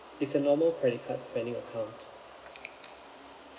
it's a normal credit card spending account